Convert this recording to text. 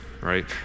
right